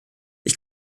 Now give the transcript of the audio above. ich